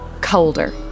colder